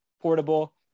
portable